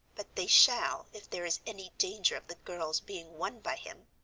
but they shall if there is any danger of the girl's being won by him.